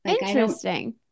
Interesting